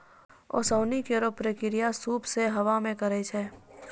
ओसौनी केरो प्रक्रिया सूप सें हवा मे करै छै